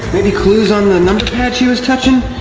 maybe clues on the number pad she was touching?